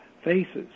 Faces